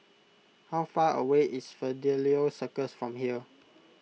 how far away is Fidelio Circus from here